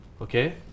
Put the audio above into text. Okay